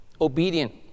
Obedient